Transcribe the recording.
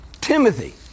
Timothy